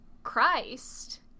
christ